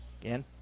again